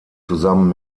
zusammen